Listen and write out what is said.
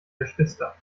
geschwister